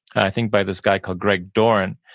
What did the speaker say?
i think by this guy called greg don.